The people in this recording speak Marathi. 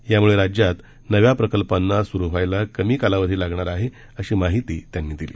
यामुळे राज्यात नव्या प्रकल्पांना सुरु होण्यास कमी कालावधी लागणार आहे अशी माहिती त्यांनी दिली